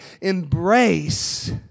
embrace